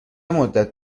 مدت